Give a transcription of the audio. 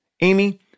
Amy